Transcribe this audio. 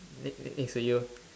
next next next to you